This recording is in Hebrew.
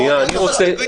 אין בעיה.